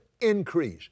increase